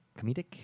Comedic